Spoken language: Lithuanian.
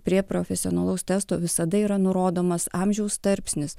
prie profesionalaus testo visada yra nurodomas amžiaus tarpsnis